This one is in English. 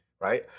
Right